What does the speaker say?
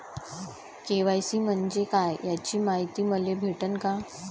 KYC म्हंजे काय याची मायती मले भेटन का?